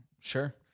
Sure